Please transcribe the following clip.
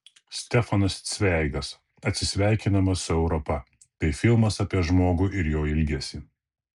stefanas cveigas atsisveikinimas su europa tai filmas apie žmogų ir jo ilgesį